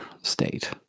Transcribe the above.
state